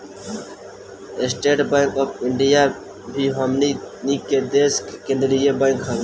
estate bank of India भी हमनी के देश के केंद्रीय बैंक हवे